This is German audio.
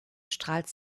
strahlt